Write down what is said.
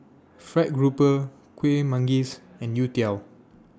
Fried Grouper Kuih Manggis and Youtiao